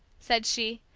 said she,